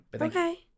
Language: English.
Okay